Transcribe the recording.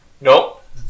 Nope